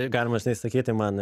galima žinai sakyti man